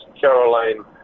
Caroline